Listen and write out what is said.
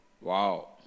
wow